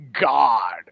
God